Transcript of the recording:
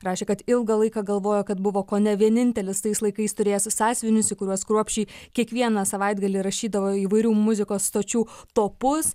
rašė kad ilgą laiką galvojo kad buvo kone vienintelis tais laikais turėjęs sąsiuvinius į kuriuos kruopščiai kiekvieną savaitgalį rašydavo įvairių muzikos stočių topus